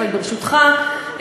וברשותך,